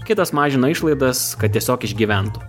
kitos mažino išlaidas kad tiesiog išgyventų